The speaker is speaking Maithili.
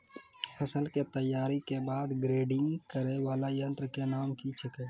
फसल के तैयारी के बाद ग्रेडिंग करै वाला यंत्र के नाम की छेकै?